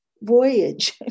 voyage